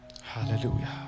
Hallelujah